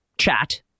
chat